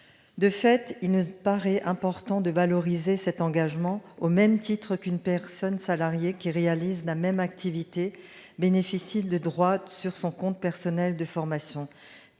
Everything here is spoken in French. De fait, il nous paraît important de valoriser cet engagement, au même titre qu'une personne salariée, qui réalise la même activité, bénéficie de droits sur son compte personnel de formation.